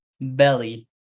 Belly